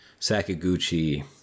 Sakaguchi